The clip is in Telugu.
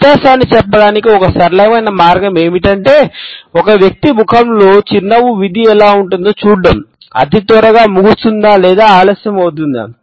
వ్యత్యాసాన్ని చెప్పడానికి ఒక సరళమైన మార్గం ఏమిటంటే ఒక వ్యక్తి ముఖంలో చిరునవ్వు విధి ఎలా ఉంటుందో చూడటం అది త్వరగా ముగుస్తుందా లేదా ఆలస్యమవుతుందా